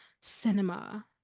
cinema